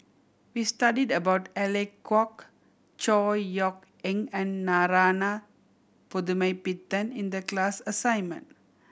we studied about Alec Kuok Chor Yeok Eng and Narana Putumaippittan in the class assignment